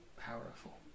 powerful